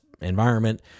environment